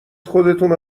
خودتونو